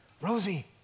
Rosie